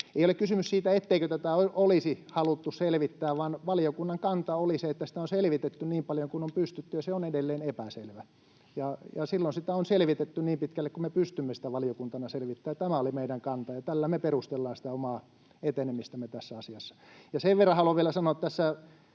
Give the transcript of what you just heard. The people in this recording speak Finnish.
ei ole kysymys siitä, etteikö tätä olisi haluttu selvittää, vaan valiokunnan kanta oli se, että sitä on selvitetty niin paljon kuin on pystytty ja että se on edelleen epäselvä. Silloin sitä on selvitetty niin pitkälle kuin me pystymme sitä valiokuntana selvittämään. Tämä oli meidän kantamme, ja tällä me perustellaan sitä omaa etenemistämme tässä asiassa. [Krista Kiuru pyytää